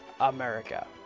America